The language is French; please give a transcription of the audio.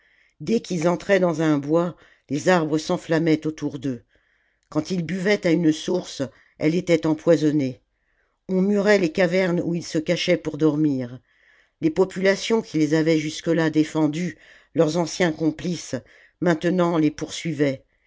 dès qu'ils entraient dans un bois les arbres s'enflammaient autour d'eux quand ils buvaient à une source elle était empoisonnée on murait les cavernes oii ils se cachaient pour dormir les populations qui les avaient jusque-là défendus leurs anciens complices maintenant les poursuivaient